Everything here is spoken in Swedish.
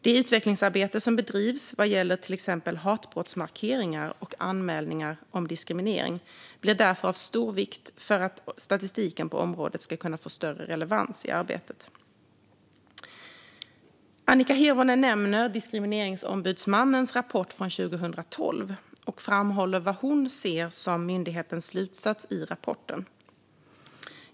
Det utvecklingsarbete som bedrivs vad gäller till exempel hatbrottsmarkeringar och anmälningar om diskriminering blir därför av stor vikt för att statistiken på området ska kunna få större relevans i arbetet. Annika Hirvonen nämner Diskrimineringsombudsmannens rapport från 2012 och framhåller vad hon ser som myndighetens slutsats i rapporten.